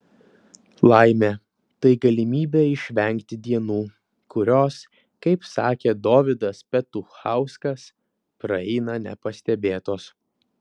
laimė tai galimybė išvengti dienų kurios kaip sakė dovydas petuchauskas praeina nepastebėtos